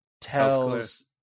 tells